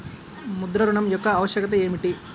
ముద్ర ఋణం యొక్క ఆవశ్యకత ఏమిటీ?